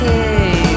Hey